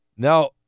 Now